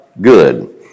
good